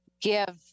give